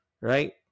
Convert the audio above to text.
Right